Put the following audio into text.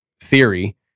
theory